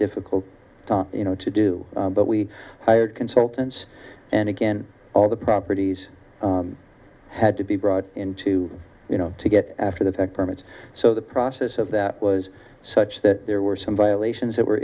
difficult you know to do but we hired consultants and again all the properties had to be brought in to you know to get after the fact permits so the process of that was such that there were some violations that were